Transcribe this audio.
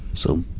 so,